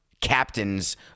captains